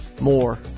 more